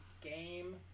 game